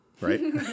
right